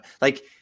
Like-